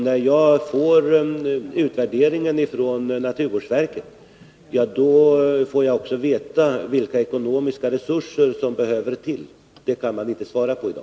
När jag får utvärderingen ifrån naturvårdsverket får jag också veta vilka ekonomiska resurser som behövs till. Det kan man inte svara på i dag.